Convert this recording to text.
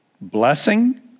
Blessing